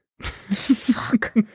Fuck